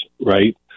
right